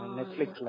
Netflix